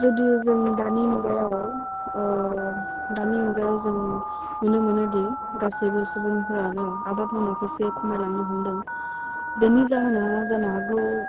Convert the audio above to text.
जुदिअ' जों दानि मुगायाव दानि मुगायाव जों नुनो मोनोदि गासैबो सुबुंफ्रानो आबाद मावनायखौ एसे खमायलांनो हमदों बिनि जाहोना जानो हागौ